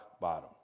bottom